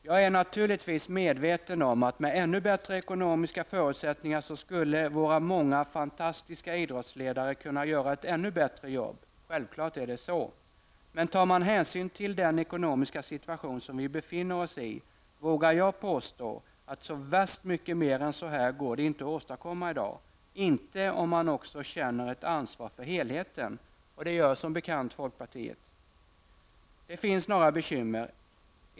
Jag är naturligtvis medveten om att med ännu bättre ekonomiska förutsättningar skulle våra många fantastiska idrottsledare kunna göra ett ännu bättre jobb. Självklart är det så. Men tar man hänsyn till den ekonomiska situation som vi befinner oss i vågar jag påstå att så värst mycket mer än så här går det inte att åstadkomma i dag -- inte om man också känner ett ansvar för helheten. Det gör som bekant folkpartiet. Det finns några bekymmer.